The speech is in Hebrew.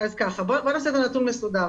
בואו נעשה את זה מסודר.